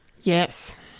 Yes